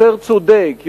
יותר צודק,